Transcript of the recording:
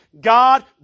God